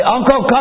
Uncle